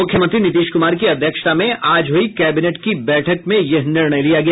मुख्यमंत्री नीतीश कुमार की अध्यक्षता में आज हुई कैबिनेट की बैठक में यह निर्णय लिया गया